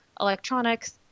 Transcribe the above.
electronics